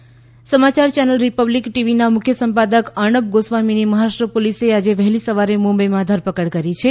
પત્રકાર ધરપકડ સમાચાર ચેનલ રીપબ્લીક ટીવીના મુખ્ય સંપાદક અર્ણબ ગોસ્વામીની મહારાષ્ટ્ર પોલીસે આજે વહેલી સવારે મુંબઈમાં ધરપકડ કરી છે